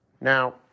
Now